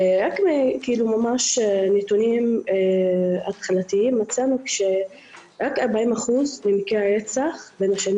וממש מנתונים התחלתיים מצאנו שרק ב-40% ממקרי הרצח בין השנים